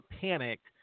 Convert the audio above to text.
panicked